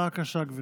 בבקשה, גברתי.